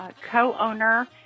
co-owner